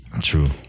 True